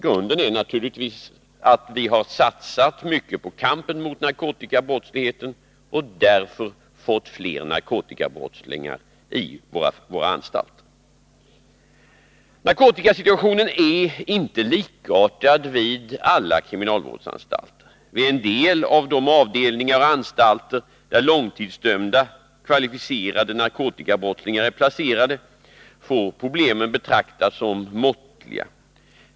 Grunden är naturligtvis att vi har satsat mycket på kampen mot narkotikabrottsligheten och därför fått fler narkotikabrottslingar på våra anstalter. Narkotikasituationen är inte likartad vid alla kriminalvårdsanstalter. Vid en del av de avdelningar och anstalter där långtidsdömda kvalificerade narkotikabrottslingar är placerade får problemen betraktas som måttliga.